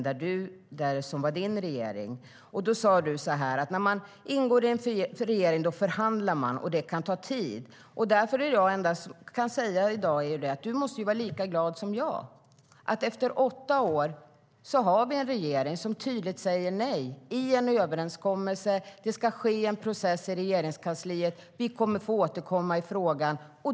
Helena Lindahl sa att när man ingår i en regering förhandlar man, och det kan ta tid. Det jag kan säga i dag är att du måste vara lika glad som jag. Efter åtta år finns en regering som tydligt säger nej i en överenskommelse. Det ska ske en process i Regeringskansliet. Vi kommer att återkomma i frågan.